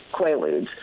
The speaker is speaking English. quaaludes